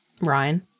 Ryan